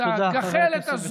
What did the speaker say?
את הגחלת הזאת,